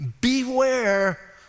Beware